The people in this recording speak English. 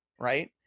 right